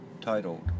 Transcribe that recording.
titled